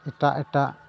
ᱮᱴᱟᱜ ᱮᱴᱟᱜ